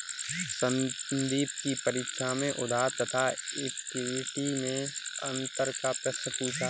संदीप की परीक्षा में उधार तथा इक्विटी मैं अंतर का प्रश्न पूछा